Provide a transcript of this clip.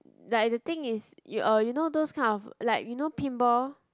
like the thing is you or you know those kind of like you know pinball